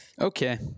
Okay